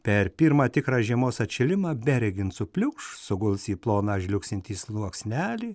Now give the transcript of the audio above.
per pirmą tikrą žiemos atšilimą beregint supliukš suguls į ploną žliugsintį sluoksnelį